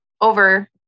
over